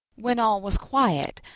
when all was quiet,